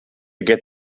get